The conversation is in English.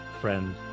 friend